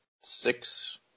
six